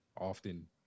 often